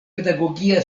pedagogia